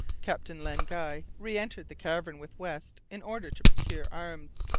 captain len guy re-entered the cavern with west in order to procure arms.